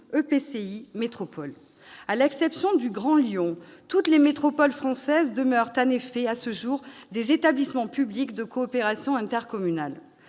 des métropoles. À l'exception du Grand Lyon, toutes les métropoles françaises demeurent, à ce jour, des établissements publics de coopération intercommunale.